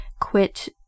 quit